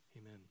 amen